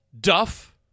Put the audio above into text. Duff